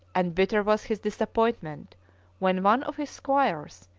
and bitter was his disappointment when one of his squires,